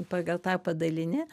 pagal tą padalini